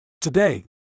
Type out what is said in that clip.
Today